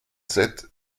sept